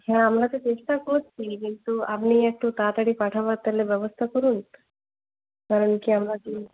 হ্যাঁ আমরা তো চেষ্টা করছি কিন্তু আপনি একটু তাড়াতাড়ি পাঠাবার তাহলে ব্যবস্থা করুন না হলে আমরা কি